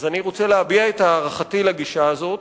אז אני רוצה להביע את הערכתי לגישה הזאת.